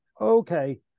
okay